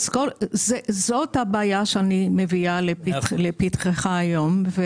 זאת הבעיה שאני מביאה לפתחך היום.